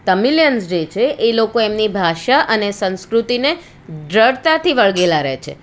તમિલિયન્સ રહે છે એ લોકો એમની ભાષા અને સંસ્કૃતિને દૃઢતાથી વળગેલા રહે છે